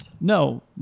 No